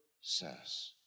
says